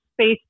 space